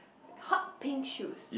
hot pink shoes